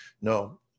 No